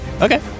Okay